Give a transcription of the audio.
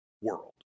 world